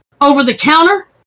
over-the-counter